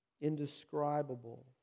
indescribable